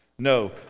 No